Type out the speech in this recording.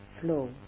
flow